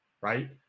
Right